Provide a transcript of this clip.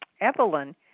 evelyn